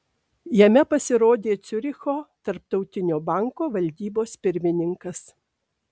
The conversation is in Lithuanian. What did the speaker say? jame pasirodė ciuricho tarptautinio banko valdybos pirmininkas